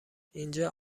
اینجا